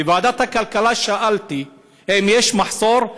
בוועדת הכלכלה שאלתי: האם יש מחסור?